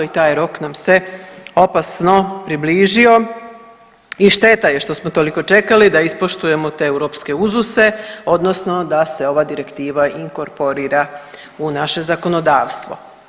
I taj rok nam se opasno približio i šteta je što smo toliko čekali da ispoštujemo te europske uzuse odnosno da se ova direktiva inkorporira u naše zakonodavstvo.